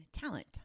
talent